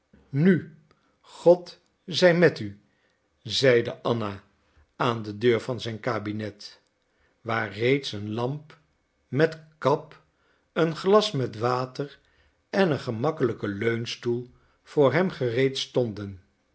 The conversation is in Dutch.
nu god zij met u zeide anna aan de deur van zijn kabinet waar reeds een lamp met kap een glas met water en een gemakkelijke leunstoel voor hem gereed stonden